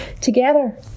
together